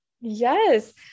yes